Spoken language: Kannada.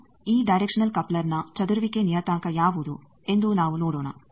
ಈಗ ಈ ಡೈರೆಕ್ಷನಲ್ ಕಪ್ಲರ್ನ ಚದುರುವಿಕೆ ನಿಯತಾಂಕ ಯಾವುದು ಎಂದು ನಾವು ನೋಡೋಣ